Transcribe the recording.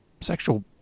sexual